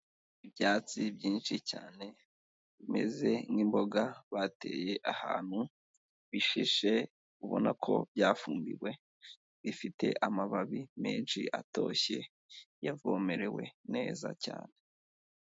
Ibyatsi byinshi cyane bimeze nk'imboga bateye ahantu, bishishe ubona ko byafumbiwe, bifite amababi menshi atoshye yavomerewe neza cyane.